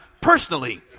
personally